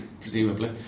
presumably